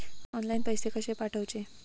Online पैसे कशे पाठवचे?